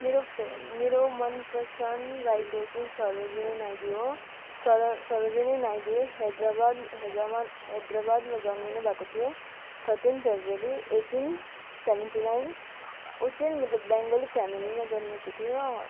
मेरो फे मेरो मन पसन्द राइटर्स चाहिँ सरोजनी नायडू हो सर सरोजनी नायडू हैदराबाद हैदराबाद हैदराबादमा जन्मिनुभएको थियो thirteen February eighteen seventy nine ऊ चाहिँ मतलब बङ्गाली फ्यामिलीमा जन्मेको थियो